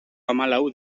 hamalau